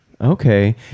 Okay